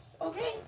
okay